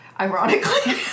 ironically